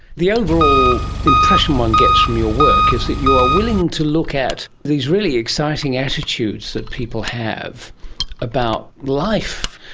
the overall impression one gets from your work is that you are willing to look at these really exciting attitudes that people have about life,